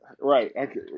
Right